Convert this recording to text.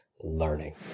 Learning